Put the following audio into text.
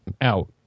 out